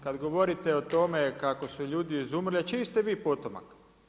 Kad govorite o tome kako su ljudi izumrli, a čiji ste vi potomak?